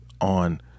on